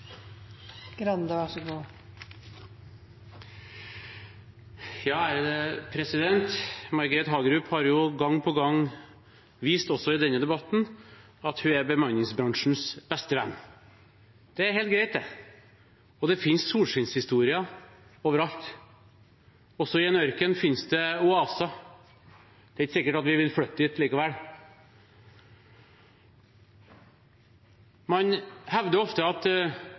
Hagerup har gang på gang vist, også i denne debatten, at hun er bemanningsbransjens beste venn. Det er helt greit. Det finnes solskinnshistorier overalt. Også i en ørken finnes det oaser. Det er ikke sikkert vi vil flytte dit likevel. Man hevder ofte at